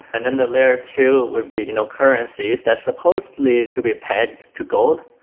and then the layer two would be you know currencies that's supposedly to be pegged to gold,